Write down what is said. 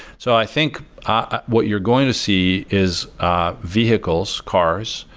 so i think what you're going to see is ah vehicles, cars,